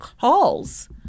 calls